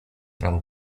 prawo